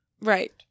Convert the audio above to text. Right